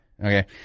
Okay